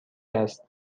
است